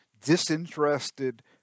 disinterested